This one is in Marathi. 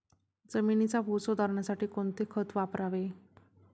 जमिनीचा पोत सुधारण्यासाठी कोणते खत वापरावे?